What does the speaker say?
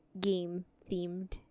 game-themed